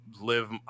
live